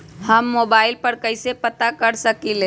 हम मोबाइल पर कईसे पता कर सकींले?